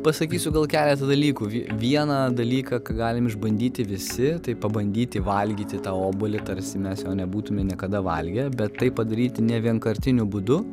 pasakysiu keletą dalykų vieną dalyką ką galime išbandyti visi tai pabandyti valgyti tą obuolį tarsi mes jo nebūtume niekada valgę bet tai padaryti nevienkartiniu būdu